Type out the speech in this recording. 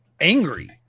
angry